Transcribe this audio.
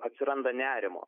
atsiranda nerimo